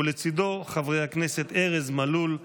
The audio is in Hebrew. ולצידו חברי הכנסת ארז מלול,